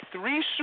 three